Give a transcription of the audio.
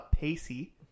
pacey